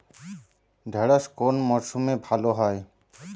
ঢেঁড়শ কোন মরশুমে ভালো হয়?